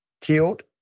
killed